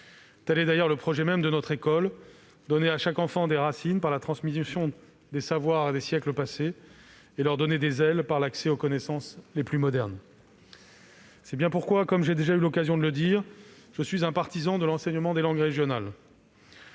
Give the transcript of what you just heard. Tel est d'ailleurs le projet même de notre école : donner à chaque enfant des racines, par la transmission des savoirs des siècles passés, et lui donner des ailes, par l'accès aux connaissances les plus modernes. C'est bien pourquoi, comme j'ai déjà eu l'occasion de le dire, je suis un partisan de l'enseignement des langues régionales